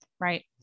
Right